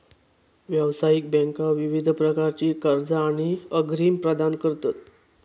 व्यावसायिक बँका विविध प्रकारची कर्जा आणि अग्रिम प्रदान करतत